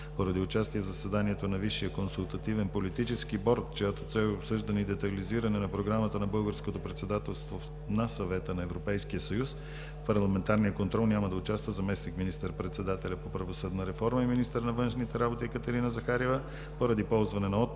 Поради участие в заседанието на Висшия консултативен политически борд, чиято цел е обсъждане и детайлизиране на програмата на българското председателството на Съвета на Европейския съюз, в парламентарния контрол няма да участва заместник министър-председателят по правосъдната реформа и министърът на външните работи Екатерина Захариева. Поради ползване на отпуск